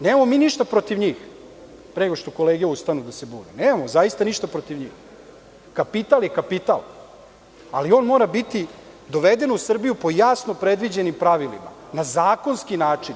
Nemamo mi ništa protiv njih, pre nego što kolege ustanu da se bune, nemamo ništa protiv njih, kapital je kapital, ali on mora biti doveden u Srbiju po jasno predviđenim pravilima, na zakonski način.